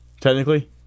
Technically